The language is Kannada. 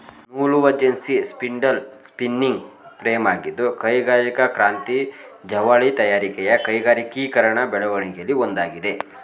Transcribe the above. ನೂಲುವಜೆನ್ನಿ ಸ್ಪಿಂಡಲ್ ಸ್ಪಿನ್ನಿಂಗ್ ಫ್ರೇಮಾಗಿದ್ದು ಕೈಗಾರಿಕಾ ಕ್ರಾಂತಿ ಜವಳಿ ತಯಾರಿಕೆಯ ಕೈಗಾರಿಕೀಕರಣ ಬೆಳವಣಿಗೆಲಿ ಒಂದಾಗಿದೆ